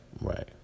Right